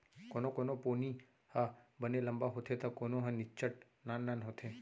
कोनो कोनो पोनी ह बने लंबा होथे त कोनो ह निच्चट नान नान होथे